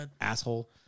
Asshole